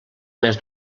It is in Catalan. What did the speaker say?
més